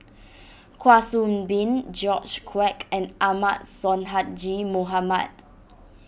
Kwa Soon Bee George Quek and Ahmad Sonhadji Mohamad